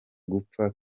gupfa